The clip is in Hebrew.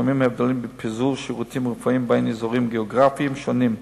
יש הבדלים בפיזור שירותים רפואיים בין אזורים גיאוגרפיים שונים.